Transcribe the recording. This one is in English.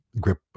grip